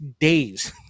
days